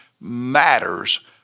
matters